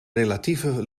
relatieve